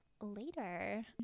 later